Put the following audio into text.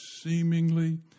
seemingly